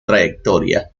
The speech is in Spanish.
trayectoria